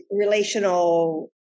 relational